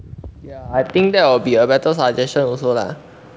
ya I think that will be a better suggestion also lah